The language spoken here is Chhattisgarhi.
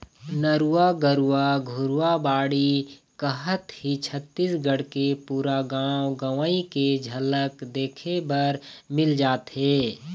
नरूवा, गरूवा, घुरूवा, बाड़ी कहत ही छत्तीसगढ़ के पुरा गाँव गंवई के झलक देखे बर मिल जाथे